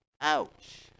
ouch